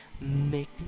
Make